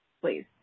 Please